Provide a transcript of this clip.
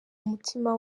umutima